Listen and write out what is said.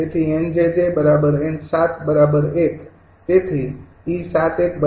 તેથી 𝑁𝑗𝑗 𝑁૭ ૧ તેથી 𝑒૭૧ ૮